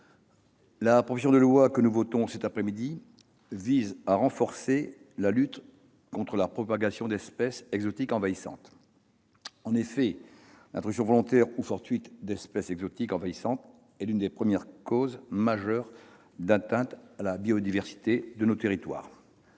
nous sommes appelés à voter cet après-midi vise à renforcer la lutte contre la propagation d'espèces exotiques envahissantes. En effet, l'introduction volontaire ou fortuite d'espèces exotiques envahissantes est l'une des premières causes majeures d'atteinte à la biodiversité dans nos territoires.